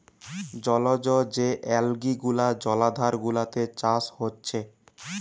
জলজ যে অ্যালগি গুলা জলাধার গুলাতে চাষ হচ্ছে